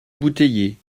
bouteiller